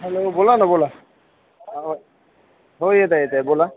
hello बोला ना बोला हो येतं आहे येतं आहे बोला